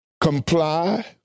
comply